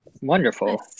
Wonderful